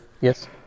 Yes